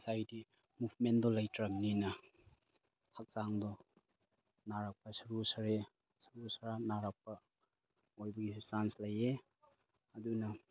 ꯃꯁꯥꯏꯗꯤ ꯃꯨꯞꯃꯦꯟꯗꯣ ꯂꯩꯇ꯭ꯔꯕꯅꯤꯅ ꯍꯛꯆꯥꯡꯗꯣ ꯅꯥꯔꯛꯄ ꯁꯔꯨ ꯁꯔꯨ ꯁꯔꯥꯡ ꯅꯥꯔꯛꯄ ꯑꯣꯏꯕꯒꯤꯁꯨ ꯆꯥꯟꯁ ꯂꯩꯌꯦ ꯑꯗꯨꯅ